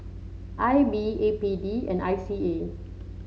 I B A P D and I C A